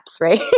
right